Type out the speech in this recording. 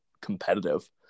competitive